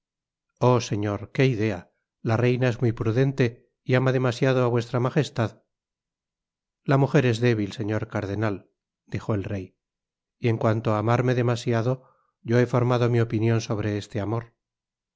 oh señor que idear la reina es muy prudente y ama demasiado á v m la mujer es débil señor cardenal dijo el rey y en cuanto á amarme demasiado yo he formado mi opinion sobre este amor